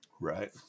Right